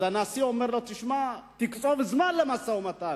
אז הנשיא אומר לו: תשמע, תקצוב זמן למשא-ומתן.